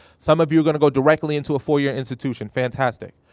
some of you are gonna go directly into a four year institution, fantastic.